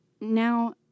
now